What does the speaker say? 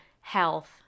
health